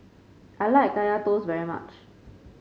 I like Kaya Toast very much